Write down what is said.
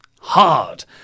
hard